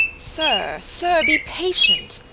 sir, sir, be patient.